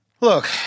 Look